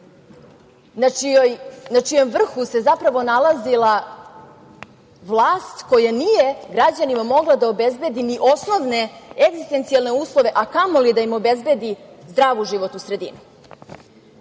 na čijem se vrhu nalazila vlast koja nije građanima mogla da obezbedi, ni osnovne egzistencijalne uslove, a kamoli da im obezbedi zdravu životnu sredinu. Vi